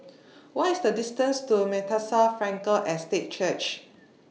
What IS The distance to Bethesda Frankel Estate Church